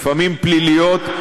לפעמים פליליות,